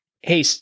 Hey